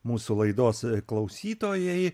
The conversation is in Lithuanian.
mūsų laidos klausytojai